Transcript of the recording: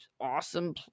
awesome